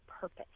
purpose